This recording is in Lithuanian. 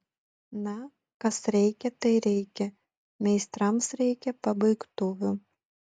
na kas reikia tai reikia meistrams reikia pabaigtuvių